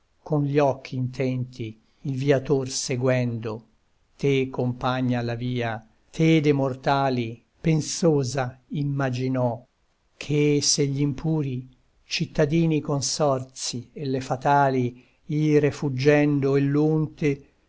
con gli occhi intenti il viator seguendo te compagna alla via te de mortali pensosa immaginò che se gl'impuri cittadini consorzi e le fatali ire fuggendo e